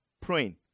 praying